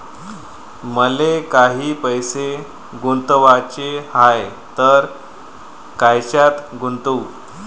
मले काही पैसे गुंतवाचे हाय तर कायच्यात गुंतवू?